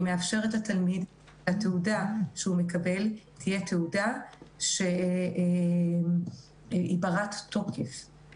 היא מאפשרת לתלמיד שהתעודה שהוא מקבל תהיה תעודה בת תוקף.